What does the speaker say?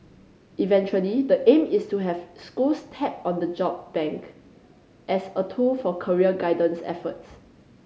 eventually the aim is to have schools tap on the job bank as a tool for career guidance efforts